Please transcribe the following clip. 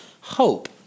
Hope